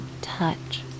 touch